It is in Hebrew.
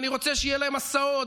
ואני רוצה שיהיה להם הסעות,